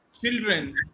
children